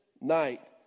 night